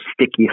sticky